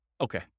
okay